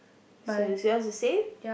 so is yours the same